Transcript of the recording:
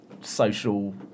social